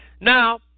Now